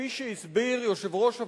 כפי שהסביר יושב-ראש הוועדה,